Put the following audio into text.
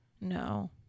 no